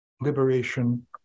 liberation